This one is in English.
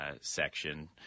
section